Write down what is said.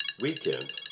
weekend